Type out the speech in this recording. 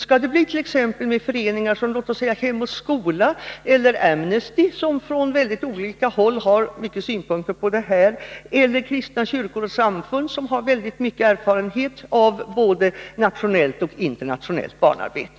Skall exempelvis föreningar som Hem och Skola få vara med, eller Amnesty, som framför synpunkter på dessa frågor i många sammanhang? Eller berörs kristna kyrkor och samfund, som har mycket erfarenhet av både nationellt och internationellt barnarbete?